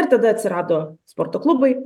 ir tada atsirado sporto klubai